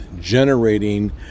generating